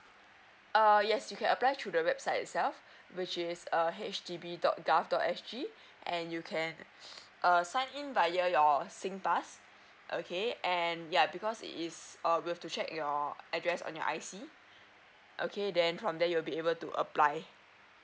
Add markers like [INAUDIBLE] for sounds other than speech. err yes you can apply through the website itself which is err H D B dot gov dot S_G and you can [BREATH] err sign in via your singpass okay and ya because it is err we have to check your address on your I_C okay then from there you will be able to apply